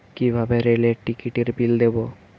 কিভাবে রেলের টিকিটের বিল দেবো?